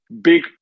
big